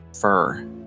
fur